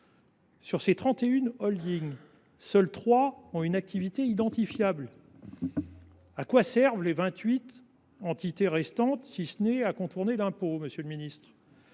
une holdings, seules trois ont une activité identifiable. À quoi servent les vingt huit entités restantes, si ce n’est à contourner l’impôt, monsieur le ministre ?